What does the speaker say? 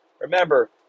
Remember